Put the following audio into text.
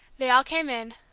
they all came in,